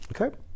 Okay